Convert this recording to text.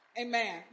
Amen